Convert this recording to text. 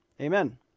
amen